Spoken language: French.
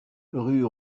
rue